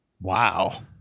wow